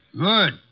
Good